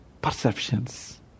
perceptions